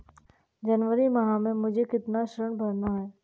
जनवरी माह में मुझे कितना ऋण भरना है?